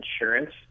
insurance